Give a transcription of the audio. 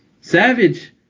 Savage